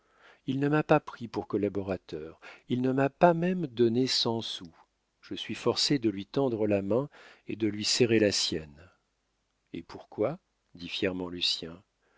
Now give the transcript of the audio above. il ne m'a pas pris pour collaborateur il ne m'a pas même donné cent sous je suis forcé de lui tendre la main et de lui serrer la sienne et pourquoi dit fièrement lucien je